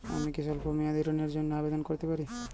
আমি কি স্বল্প মেয়াদি ঋণের জন্যে আবেদন করতে পারি?